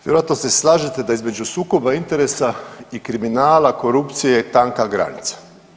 Vjerojatno se slažete da između sukoba interesa i kriminala i korupcije je tanka granica.